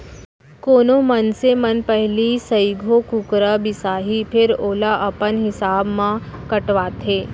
कोनो मनसे मन पहिली सइघो कुकरा बिसाहीं फेर ओला अपन हिसाब म कटवाथें